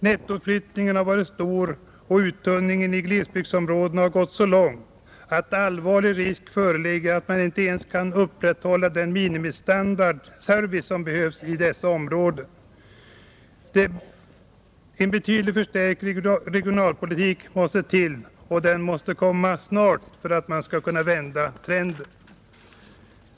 Nettoutflyttningen Onsdagen den har varit stor och uttunningen i glesbygdsområdena har gått så långt att 5 maj 1971 allvarlig risk föreligger att man inte ens kan upprätthålla den minimiser | vice som behövs i dessa områden, En betydlig förstärkning av regional Regional utveckling politiken måste till och den måste komma snart för att man skall kunna vända trenden.